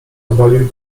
obalił